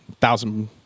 thousand